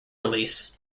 release